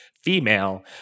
Female